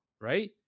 right